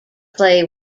play